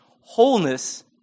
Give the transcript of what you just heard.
wholeness